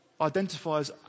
identifies